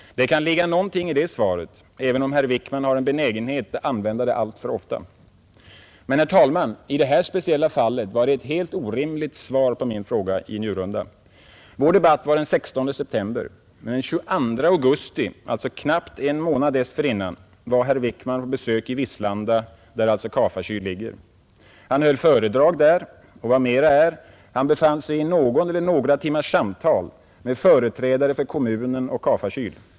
Det kan ligga något i det svaret även om herr Wickman har en benägenhet att använda det alltför ofta. Men, herr talman, i det här speciella fallet var det ett helt orimligt svar på min fråga i Njurunda. Vår debatt var den 16 september. Den 22 augusti, alltså knappt en månad dessförinnan, var herr Wickman på besök i Vislanda, där Ka-Fa Kyl ligger. Han höll föredrag där, och vad mera är, han befann sig i någon eller några timmars samtal med företrädare för kommunen om Ka-Fa Kyl.